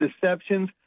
deceptions